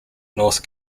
north